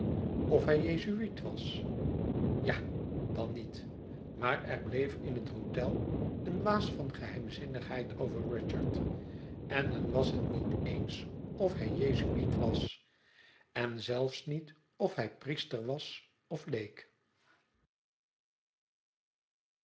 of hij jezuiet was ja dan niet maar er bleef in het hôtel een waas van geheimzinnigheid over rudyard en men was het niet eens of hij jezuïet was en zelfs niet of hij priester was of leek